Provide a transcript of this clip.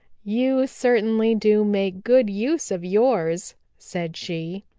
you certainly do make good use of yours, said she.